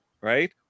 right